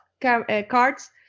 cards